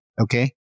Okay